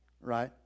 right